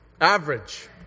Average